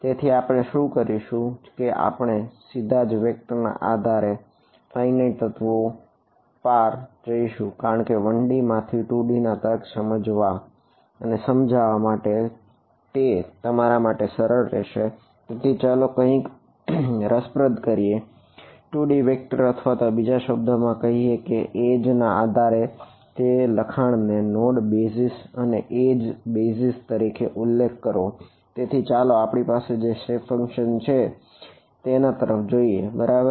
તેથી આપણે શું કરશું કે આપણે સીધાજ વેક્ટર છે તેના તરફ જોઈએ બરાબર